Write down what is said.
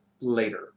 later